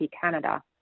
Canada